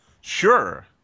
Sure